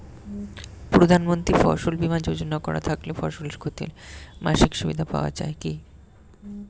প্রধানমন্ত্রী ফসল বীমা যোজনা করা থাকলে ফসলের ক্ষতি হলে মাসিক সুবিধা পাওয়া য়ায় কি?